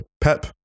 Pep